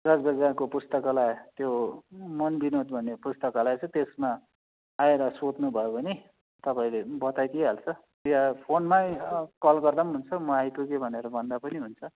जज बजारको पुस्तकालय त्यो मन विनोद भन्ने पुस्तकालय छ त्यसमा आएर सोध्नुभयो भने तपाईँले बताइदिई हाल्छ या फोनमै कल गर्दा पनि हुन्छ म आइपुगेँ भनेर भन्दा पनि हुन्छ